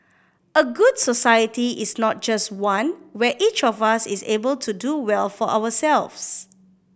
a good society is not just one where each of us is able to do well for ourselves